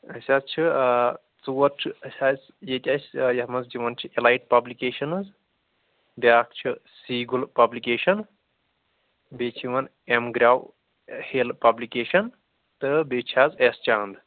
أسۍ حظ چھِ ژور چھِ شاید ییٚتہِ اسہِ یَتھ منٛز یِوان چھِ ایلیِٹ پَبلِکیشَنٔز بیٛاکھ چھُ سی گُل پَبلِکیشَن بیٚیہِ چھِ یِوان ایم گرٛو ہِل پَبلِکیشَن تہٕ بیٚیہِ چھُ حظ ایس چانٛد